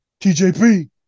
TJP